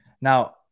Now